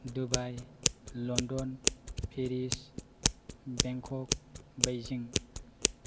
Dubai London Paris Bangkok Beijing